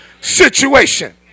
situation